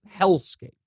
hellscape